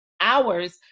hours